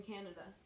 Canada